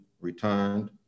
returned